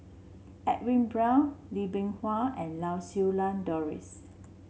Edwin Brown Lee Bee Wah and Lau Siew Lang Doris